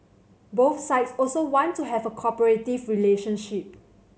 both sides also want to have a cooperative relationship